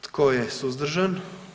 Tko je suzdržan?